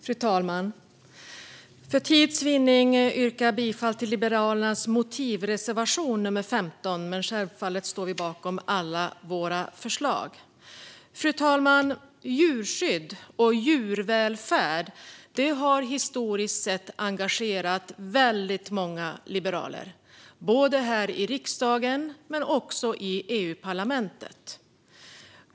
Fru talman! För tids vinnande yrkar jag bifall endast till Liberalernas motivreservation nummer 15, men självfallet står vi bakom alla våra förslag. Fru talman! Djurskydd och djurvälfärd har historiskt sett engagerat många liberaler här i riksdagen och i EU-parlamentet.